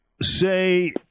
say